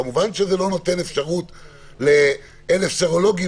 כמובן שזה לא נותן אפשרות ל-1,000 סרולוגים